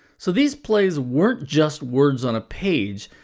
so these plays weren't just words on a page,